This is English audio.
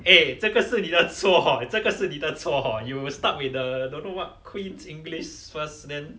诶这个是你的错 hor 这个是你的错 hor you start with the don't know what queen's english first then